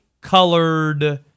colored